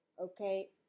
Okay